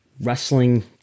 wrestling